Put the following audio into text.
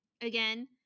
Again